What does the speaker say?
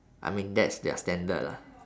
I mean that's their standard lah